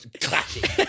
classic